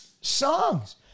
songs